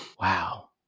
wow